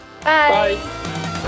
Bye